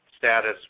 status